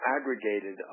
aggregated